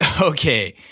Okay